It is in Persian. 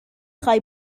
خوای